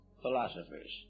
philosophers